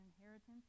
inheritance